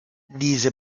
diese